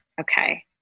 Okay